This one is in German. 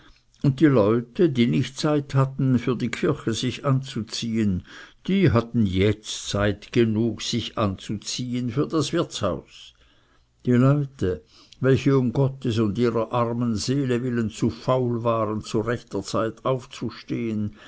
und die leute die nicht zeit hatten für die kirche sich anzuziehen die hatten jetzt zeit genug sich anzuziehen für das wirtshaus die leute welche um gottes und ihrer armen seele willen zu faul waren zu rechter zeit aufzustehen